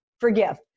forgive